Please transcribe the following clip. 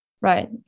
Right